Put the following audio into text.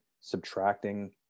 subtracting